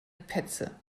petze